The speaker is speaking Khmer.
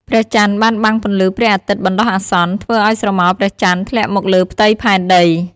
ព្រះចន្ទបានបាំងពន្លឺព្រះអាទិត្យបណ្ដោះអាសន្ន ធ្វើឲ្យស្រមោលព្រះចន្ទធ្លាក់មកលើផ្ទៃផែនដី ។